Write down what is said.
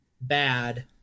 bad